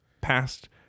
past